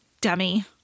dummy